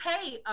pay